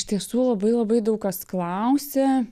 iš tiesų labai labai daug kas klausia